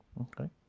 Okay